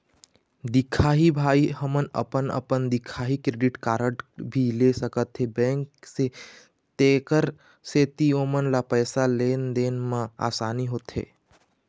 दिखाही भाई हमन अपन अपन दिखाही क्रेडिट कारड भी ले सकाथे बैंक से तेकर सेंथी ओमन ला पैसा लेन देन मा आसानी होथे?